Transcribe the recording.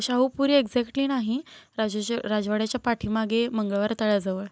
Shahupuri exactly नाही राजाच्या राजवाड्याच्या पाठीमागे मंगळवार तळ्याजवळ